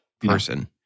person